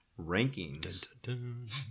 Rankings